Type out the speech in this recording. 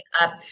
up